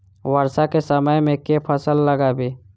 वर्षा केँ समय मे केँ फसल लगाबी?